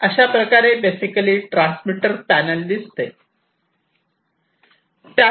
अशाप्रकारे basically transmitter panel दिसते